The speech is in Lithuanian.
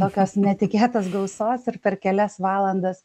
tokios netikėtos gausos ir per kelias valandas